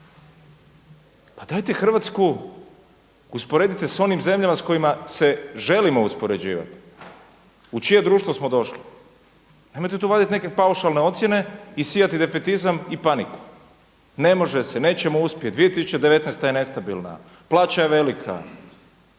Pa dajte Hrvatsku usporedite s onim zemljama s kojima se želimo uspoređivati u čije društvo smo došli. Nemojte tu vaditi neke paušalne ocjene i sijati defetizam i paniku. Ne može se, nećemo uspjeti, 2019. je nestabilna, plaća je velika.